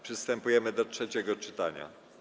Przystępujemy do trzeciego czytania.